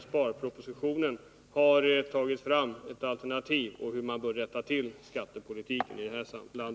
sparpropositionen har tagit fram ett alternativ — hur man bör rätta till skattepolitiken i detta land.